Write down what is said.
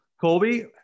Colby